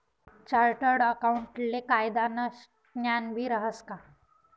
chartered अकाऊंटले कायदानं ज्ञानबी रहास का